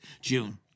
June